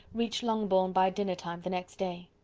reached longbourn by dinner time the next day.